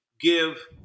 give